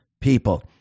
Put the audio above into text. people